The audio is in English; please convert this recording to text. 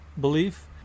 belief